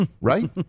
Right